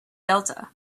delta